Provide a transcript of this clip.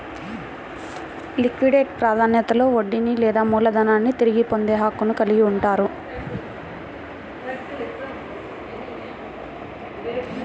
liquidate ప్రాధాన్యతలో వడ్డీని లేదా మూలధనాన్ని తిరిగి పొందే హక్కును కలిగి ఉంటారు